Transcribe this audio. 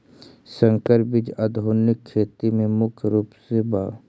संकर बीज आधुनिक खेती में मुख्य रूप से बा